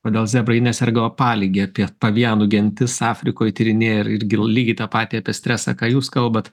kodėl zebrai neserga opalige apie pavianų gentis afrikoj tyrinėja ir irgi lygiai tą patį apie stresą ką jūs kalbat